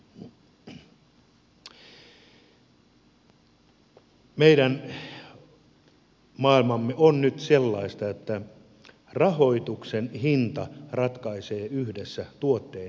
meidän maailmamme on nyt sellainen että rahoituksen hinta ratkaisee yhdessä tuotteen hinnan kanssa